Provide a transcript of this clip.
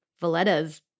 Valletta's